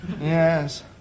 Yes